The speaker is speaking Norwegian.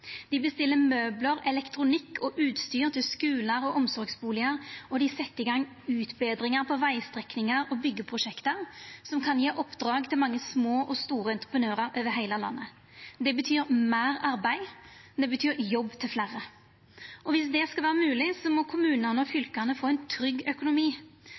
Dei bestiller møblar, elektronikk og utstyr til skular og omsorgsbustadar, og dei set i gang utbetringar på vegstrekningar og byggeprosjekt som kan gje oppdrag til mange små og store entreprenørar over heile landet. Det betyr meir arbeid, det betyr jobb til fleire. Viss det skal vera mogleg, må kommunane og fylka få ein trygg økonomi.